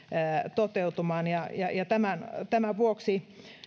toteutumaan tämän tämän vuoksi